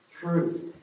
truth